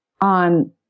on